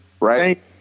right